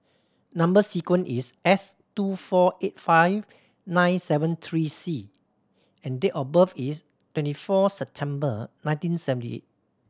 number sequence is S two four eight five nine seven three C and date of birth is twenty four September nineteen seventy eight